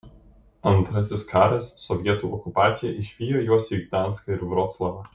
antrasis karas sovietų okupacija išvijo juos į gdanską ir vroclavą